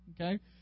okay